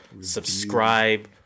subscribe